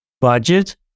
budget